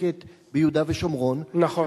שעוסקת ביהודה ושומרון, נכון.